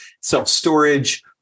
self-storage